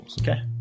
Okay